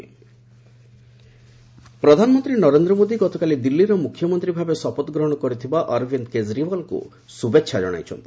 PM Kejriwal ପ୍ରଧାନମନ୍ତ୍ରୀ ନରେନ୍ଦ୍ର ମୋଦି ଗତକାଲି ଦିଲ୍ଲୀର ମୁଖ୍ୟମନ୍ତ୍ରୀ ଭାବେ ଶପଥ ଗ୍ରହଣ କରିଥିବା ଅରବିନ୍ଦ କେଜରିୱାଲଙ୍କୁ ଶୁଭେଚ୍ଛା ଜଣାଇଛନ୍ତି